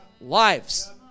lives